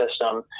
system